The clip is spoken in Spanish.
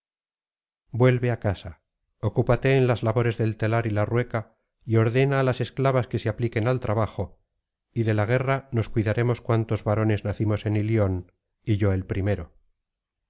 vuelve á casa ocúpate en las labores del telar y la rueca y ordena á las esclavas que se apliquen al trabajo y de la guerra nos cuidaremos cuantos varones nacimos en ilion y yo el primero